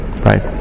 right